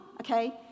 okay